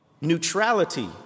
Neutrality